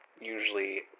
usually